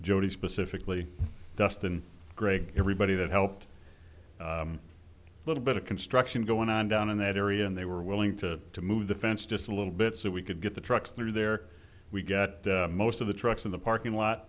jodi specifically dustin gregg everybody that helped a little bit of construction going on down in that area and they were willing to to move the fence just a little bit so we could get the trucks through there we get most of the trucks in the parking lot